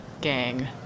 Gang